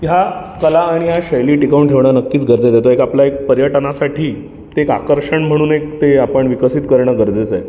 ह्या कला आणि या शैली टिकवून ठेवणं नक्कीच गरजेचं आहे तो एक आपला एक पर्यटनासाठी एक आकर्षण म्हणून एक ते आपण विकसित करणं गरजेचं आहे